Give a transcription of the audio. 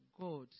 God